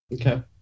Okay